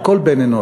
של כל בן-אנוש,